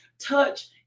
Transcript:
touch